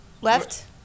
left